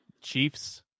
Chiefs